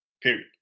Period